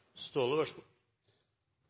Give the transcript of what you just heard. minutter. Vær så god.